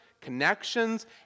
connections